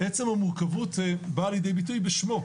אולי בעצם המורכבות זה בא לידי ביטוי בשמו,